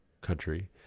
country